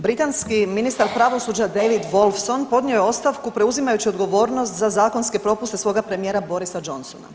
Britanski ministar pravosuđa David Wolfson podnio je ostavku preuzimajući odgovornost za zakonske propuste svoga premijera Borisa Johnsona.